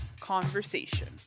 Conversation